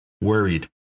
worried